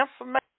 information